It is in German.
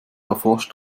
erforscht